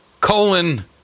colon